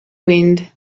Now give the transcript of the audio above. wind